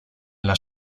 las